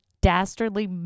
dastardly